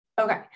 Okay